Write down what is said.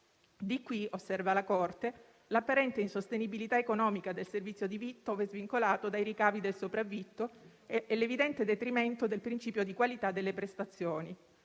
Di qui - osserva la Corte - l'apparente insostenibilità economica del servizio di vitto, ove svincolato dai ricavi del sopravvitto, e l'evidente detrimento del principio di qualità delle prestazioni.